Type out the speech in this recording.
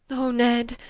oh ned,